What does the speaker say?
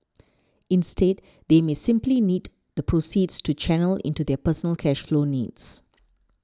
instead they may simply need the proceeds to channel into their personal cash flow needs